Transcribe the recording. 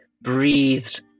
breathed